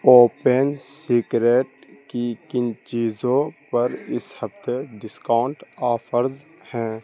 open secret کی کن چیزوں پر اس ہفتے دسکاؤنٹ آفرز ہیں